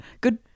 Good